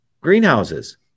greenhouses